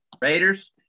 Raiders